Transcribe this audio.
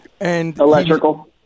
Electrical